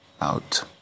Out